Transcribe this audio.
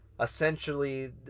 essentially